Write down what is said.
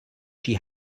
she